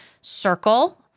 circle